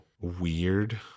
weird